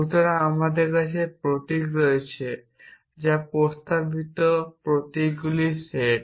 সুতরাং আমাদের কাছে প্রতীক রয়েছে যা প্রস্তাবিত প্রতীকগুলির সেট